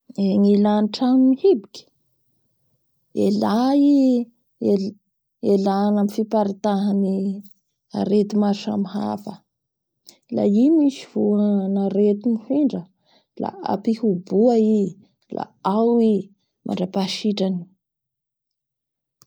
Eee ny ilay ny trano mihiboky, ilay i el-elana amin'ny fiparitahan'ny arety maro samy hafa la i misy voanarety mifindra la apihoboa i da ao i mandrapaha sitrany.